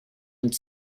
und